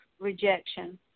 rejection